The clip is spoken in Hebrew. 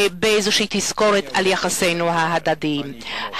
באיזו תזכורת ליחסינו ההדדיים,